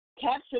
Capture